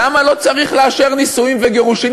למה לא צריך לאשר נישואים וגירושים,